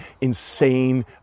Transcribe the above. insane